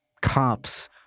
cops